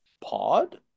pod